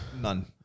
None